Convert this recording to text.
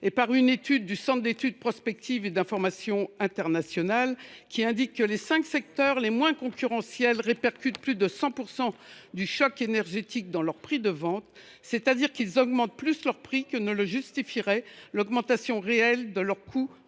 Une étude du Centre d’études prospectives et d’informations internationales (Cepii) indique, dans le même sens, que les cinq secteurs les moins concurrentiels répercutent plus de 100 % du choc énergétique dans leurs prix de vente. En d’autres termes, ils augmentent plus leur prix que ne le justifierait l’augmentation réelle de leurs coûts